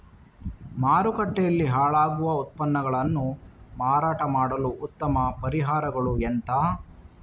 ಮಾರುಕಟ್ಟೆಯಲ್ಲಿ ಹಾಳಾಗುವ ಉತ್ಪನ್ನಗಳನ್ನು ಮಾರಾಟ ಮಾಡಲು ಉತ್ತಮ ಪರಿಹಾರಗಳು ಎಂತ?